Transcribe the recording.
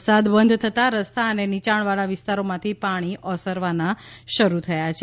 વરસાદ બંધ થતાં રસ્તા અને નીચાણવાળા વિસ્તારોમાંથી પાણી ઓસરવાના શરૂ થયાં છે